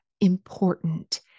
important